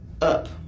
up